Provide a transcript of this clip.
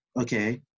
okay